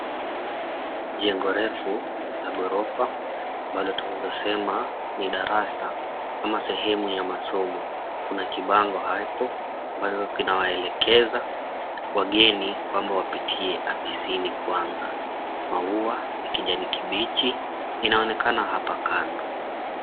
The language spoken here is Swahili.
Jengo refu na ghorofa ambalo twaweza sema ni darasa ama sehemu ya masomo. Kuna kibango hapo ambazo kinawaelekeza wageni kwamba wapitie afisini kwanza. Maua ya kijani kibichi inaonekana hapa kando.